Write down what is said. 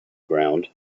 ground